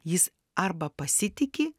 jis arba pasitiki